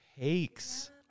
takes